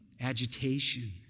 agitation